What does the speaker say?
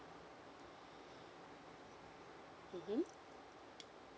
mm